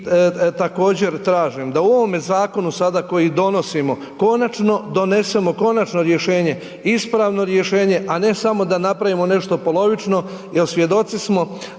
i također tražim da u ovome zakonu sada koji donosimo konačno donesemo konačno rješenje, ispravno rješenje a ne samo da napravimo nešto polovično jer svjedoci smo